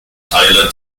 teile